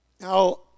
Now